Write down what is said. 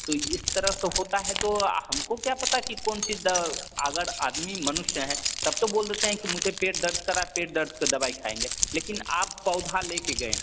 तो इस तरह से होता हे तो हमको क्या पता कि कौन चीज अगर आदमी मनुष्य है तब तो बोल देते है कि मुझे पेट दर्द कर रहा पेट दर्द क दवाई खाएंगे लेकिन आप पौधा लेके गए